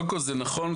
זה נכון.